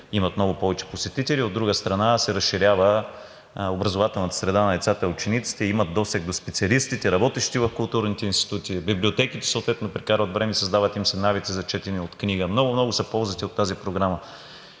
имат много повече посетители, а от друга страна, се разширява образователната среда на децата и учениците и имат досег до специалистите, работещите в културните институти, в библиотеките съответно прекарват време – създават им се навици за четене от книга, много, много са ползите от тази програма,